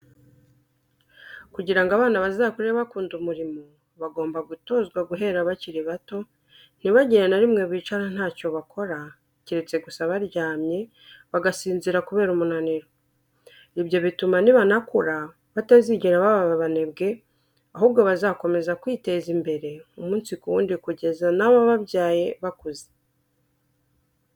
Kugira ngo abana bazakure bakunda umurimo bagomba gutozwa guhera bakiri bato, ntibagire na rimwe bicara ntacyo bakora, keretse gusa baryamye, bagasinzira kubera umunaniro, ibyo bituma nibanakura batazigera baba abanebwe ahubwo bazakomeza kwiteza imbere, umunsi ku wundi kugeza n'abo babyaye bakuze.